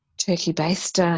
Turkey-based